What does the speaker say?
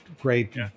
great